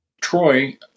Troy